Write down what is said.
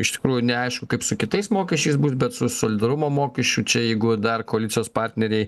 iš tikrųjų neaišku kaip su kitais mokesčiais bus bet su solidarumo mokesčiu čia jeigu dar koalicijos partneriai